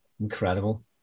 incredible